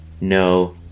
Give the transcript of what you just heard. No